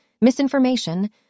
misinformation